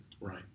Right